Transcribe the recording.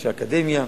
אנשי אקדמיה,